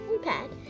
iPad